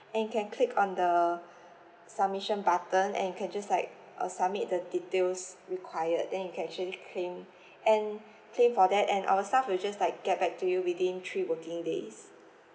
and you can click on the submission button and you can just like uh submit the details required then you can actually claim and claim for that and our staff will just like get back to you within three working days